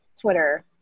Twitter